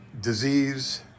disease